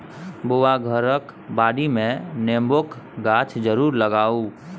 बौआ घरक बाडीमे नेबोक गाछ जरुर लगाउ